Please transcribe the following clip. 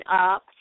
up